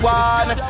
one